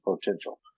potential